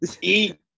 Eat